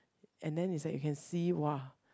and then it's like you can see [wah]